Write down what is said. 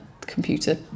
computer